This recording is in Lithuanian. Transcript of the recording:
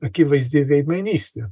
akivaizdi veidmainystė